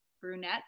brunette